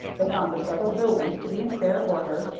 they found the several buildings to be in fair order,